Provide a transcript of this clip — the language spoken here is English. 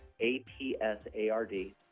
A-P-S-A-R-D